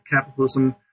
capitalism